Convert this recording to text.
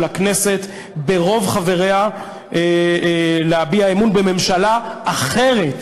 הכנסת ברוב חבריה להביע אמון בממשלה אחרת